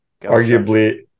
Arguably